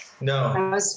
No